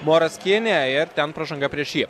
moras kienė ir ten pražanga prieš jį